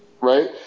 Right